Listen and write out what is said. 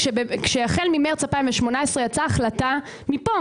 כשהחל ממרץ 2018 יצאה החלטה, מפה